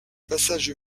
passages